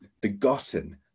begotten